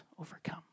overcome